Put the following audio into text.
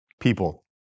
people